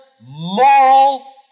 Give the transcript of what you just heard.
moral